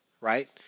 right